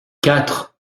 quatre